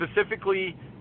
Specifically